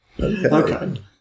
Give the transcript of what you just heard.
Okay